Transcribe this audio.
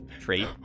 trait